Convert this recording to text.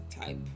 type